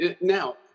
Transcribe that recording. now